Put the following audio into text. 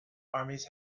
armies